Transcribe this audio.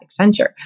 Accenture